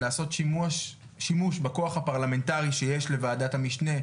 לעשות שימוש בכוח הפרלמנטרי שיש לוועדת המשנה,